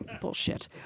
Bullshit